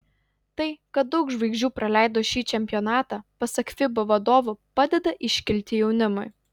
tai kad daug žvaigždžių praleido šį čempionatą pasak fiba vadovų padeda iškilti jaunimui